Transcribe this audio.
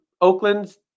Oakland's